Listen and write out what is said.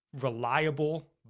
reliable